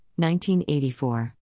1984